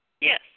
Yes